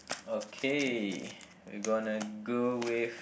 okay we gonna go with